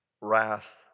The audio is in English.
wrath